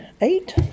Eight